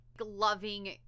loving